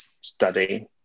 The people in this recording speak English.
study